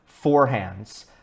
forehands